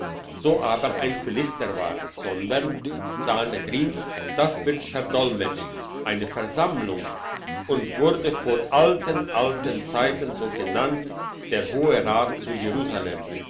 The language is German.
so aber ein philister war sondern sanhedrin das wird verdolmetscht eine versammlung und wurde vor alten alten zeiten also genannt der hohe rat zu jerusalem